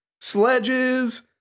sledges